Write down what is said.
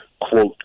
quote